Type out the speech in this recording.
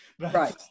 Right